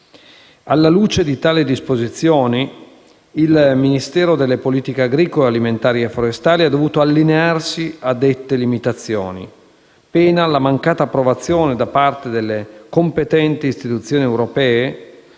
Alla luce di tali disposizioni, il Ministero delle politiche agricole alimentari e forestali (MIPAAF) ha dovuto allinearsi a dette limitazioni, pena la mancata approvazione - da parte delle competenti istituzioni europee